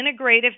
Integrative